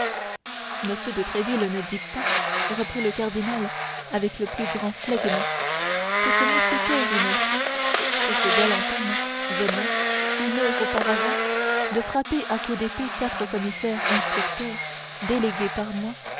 de tréville ne dit pas reprit le cardinal avec le plus grand flegme que ce mousquetaire innocent que ce galant homme venait une heure auparavant de frapper à coups d'épée quatre commissaires instructeurs délégués par moi